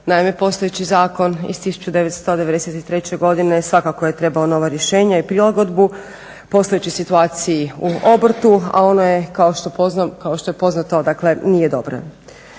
Naime postojeći zakon iz 1993. godine svakako je trebao novo rješenje i prilagodbu postojećoj situaciji u obrtu, a ono je kao što je poznato dakle, nije dobro.